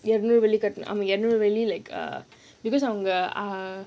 you have no really really like err because அவங்க:avanga uh